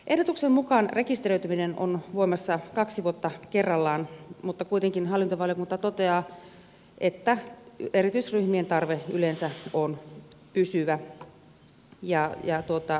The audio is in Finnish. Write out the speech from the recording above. ehdotuksen mukaan rekisteröityminen on voimassa kaksi vuotta kerrallaan mutta kuitenkin hallintovaliokunta toteaa että erityisryhmien tarve yleensä on pysyvä